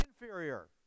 inferior